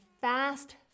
Fast